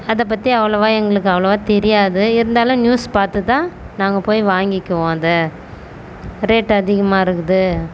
அதைப் பற்றி அவ்வளோவா எங்களுக்கு அவ்வளோவா தெரியாது இருந்தாலும் நியூஸ் பார்த்து தான் நாங்கள் போய் வாங்கிக்குவோம் அதை ரேட்டு அதிகமாக இருக்குது